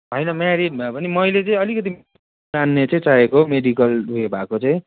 होइन मेरिड भए पनि मैले चाहिँ अलिकति जान्ने चाहिँ चाहिएको मेडिकल उयो भएको चाहिँ